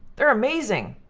they're amazing,